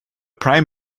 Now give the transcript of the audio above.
prime